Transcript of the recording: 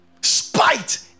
spite